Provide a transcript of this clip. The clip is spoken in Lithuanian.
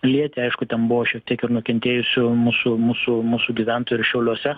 lietė aišku ten buvo šiek tiek ir nukentėjusių mūsų mūsų mūsų gyventojų ir šiauliuose